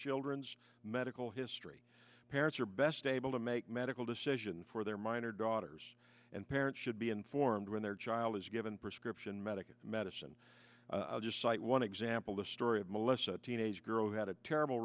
children's medical history parents are best able to make medical decisions for their minor daughters and parents should be informed when their child is given prescription medication medicine i'll just cite one example of molest a teenage girl who had a terrible